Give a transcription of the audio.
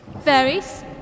Fairies